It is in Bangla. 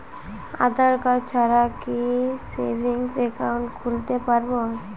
আধারকার্ড ছাড়া কি সেভিংস একাউন্ট খুলতে পারব?